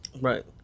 Right